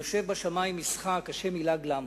"יושב בשמים ישחק, ה' ילעג למו".